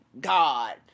God